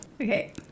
Okay